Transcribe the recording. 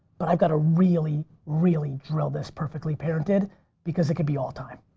but i've gotta really, really drill this perfectly parented because it could be all time.